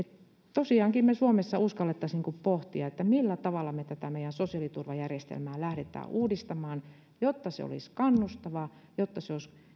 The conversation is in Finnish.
tosiaankin me suomessa uskaltaisimme pohtia millä tavalla me tätä meidän sosiaaliturvajärjestelmäämme lähdemme uudistamaan jotta se olisi kannustava jotta se olisi